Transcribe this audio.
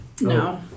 No